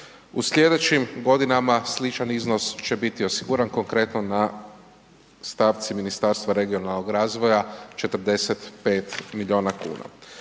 U slijedećim godinama sličan iznos će biti osiguran, konkretno na stavci Ministarstva regionalnog razvoja, 45 milijuna kuna.